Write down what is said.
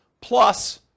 plus